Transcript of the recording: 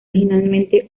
originalmente